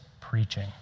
preaching